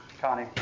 Connie